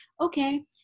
okay